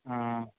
हँ